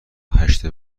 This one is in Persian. هشت